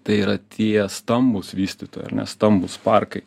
tai yra tie stambūs vystytojai ar ne stambūs parkai